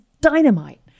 dynamite